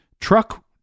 truck